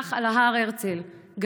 נחנך על הר הרצל גלעד.